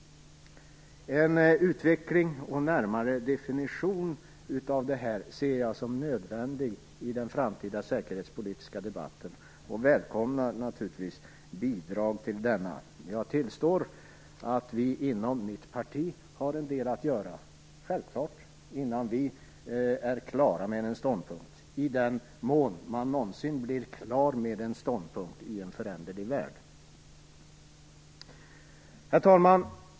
Jag ser en utveckling och närmare definition av detta som något nödvändigt i den framtida säkerhetspolitiska debatten, och jag välkomnar naturligtvis bidrag till denna utveckling. Jag tillstår att vi inom mitt parti har en del att göra innan vi är klara med en ståndpunkt, i den mån man någonsin blir klar med en ståndpunkt i en föränderlig värld. Herr talman!